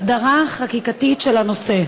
הסדרה חקיקתית של הנושא.